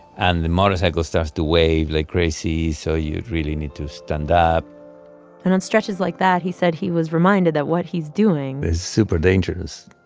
and the motorcycle starts to wave like crazy, so you really need to stand up and on stretches like that, he said he was reminded that what he's doing. is super dangerous.